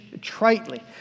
tritely